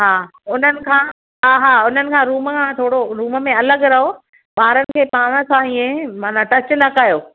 हा उन्हनि खां हा हा उन्हनि खां रूम खां थोरो रूम में अलॻि रहो ॿारनि खे पाण सां इएं माना टच न कयो